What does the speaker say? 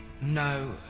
No